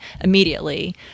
immediately